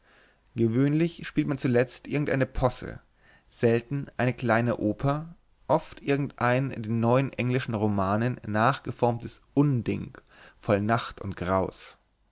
gewöhnlich spielt man zuletzt irgend eine posse selten eine kleine oper oft irgend ein den neuen englischen romanen nachgeformtes unding voll nacht und graus